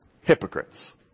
Hypocrites